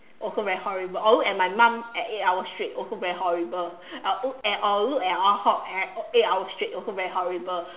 also very horrible or look at my mum at eight hours straight also very horrible or uh or look at Ah-Hock at eight hours straight also very horrible